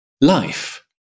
life